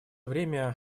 время